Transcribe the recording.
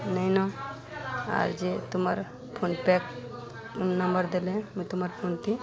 ନେଇଁନ ଆର୍ ଯେ ତୁମର ଫୋନ୍ ପେ ନମ୍ବର ଦେଲେ ମୁଇଁ ତୁମର ଫୋନ୍